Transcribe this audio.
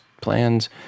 plans